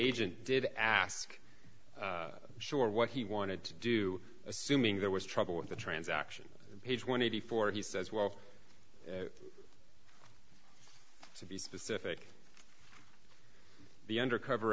agent did ask sure what he wanted to do assuming there was trouble in the transaction page one eighty four he says well to be specific the undercover